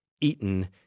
Eaton